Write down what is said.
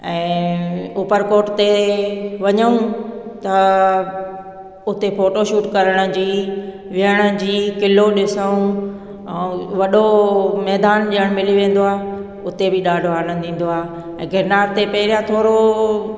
ऐं ऊपरकोट ते वञूं त हुते फोटोशूट करण जी विहण जी क़िलो ॾिसूं ऐं वॾो मैदान ॼाणु मिली वेंदो आहे हुते बि ॾाढो आनंदु ईंदो आहे ऐं गिरनार ते पहिरियों थोरो